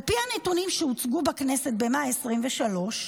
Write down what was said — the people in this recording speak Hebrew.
על פי הנתונים שהוצגו בכנסת במאי 2023,